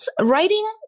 writing